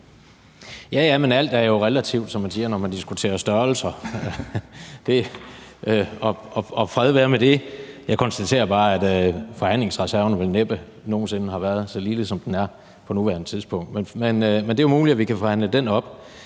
alt er jo relativt, som man siger, når man diskuterer størrelser, og fred være med det. Jeg konstaterer bare, at forhandlingsreserven vel næppe nogen sinde har været så lille, som den er på nuværende tidspunkt. Men det er muligt, at vi kan forhandle den op.